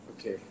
Okay